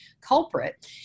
culprit